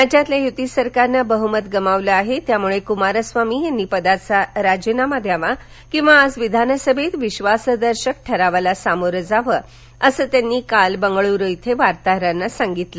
राज्यातील यूती सरकारनं बहुमत गमावलं आहे त्यामुळे कुमारस्वामी यांनी पदाचा राजीनामा द्यावा किंवा आज विधानसभेत विश्वासदर्शक ठरावाला सामोरं जाव असं त्यांनी बंगलुरु इथं काल वार्ताहरांना सांगितलं